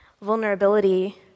vulnerability